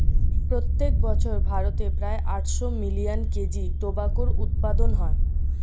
প্রত্যেক বছর ভারতে প্রায় আটশো মিলিয়ন কেজি টোবাকোর উৎপাদন হয়